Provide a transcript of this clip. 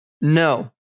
No